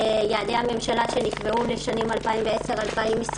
יעדי הממשלה שנקבעו לשנים 2010 2020